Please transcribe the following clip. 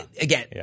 again